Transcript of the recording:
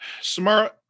Samara